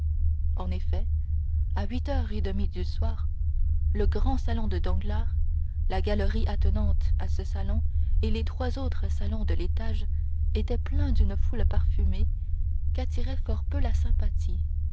en effet à huit heures et demie du soir le grand salon de danglars la galerie attenante à ce salon et les trois autres salons de l'étage étaient pleins d'une foule parfumée qu'attirait fort peu la sympathie